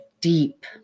deep